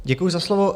Děkuji za slovo.